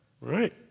right